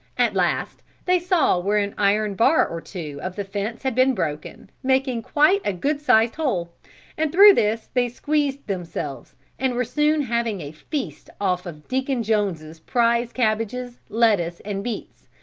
at last they saw where an iron bar or two of the fence had been broken, making quite a good-sized hole and through this they squeezed themselves and were soon having a feast off of deacon jones's prize cabbages, lettuce and beets,